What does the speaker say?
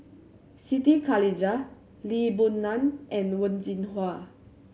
Siti Khalijah Lee Boon Ngan and Wen Jinhua